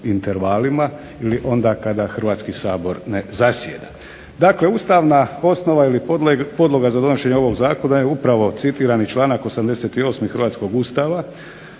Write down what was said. intervalima ili onda kada Hrvatski sabor ne zasjeda. Dakle, ustavna osnova ili podloga za donošenje ovog zakona je upravo citirani članak 88. hrvatskog Ustava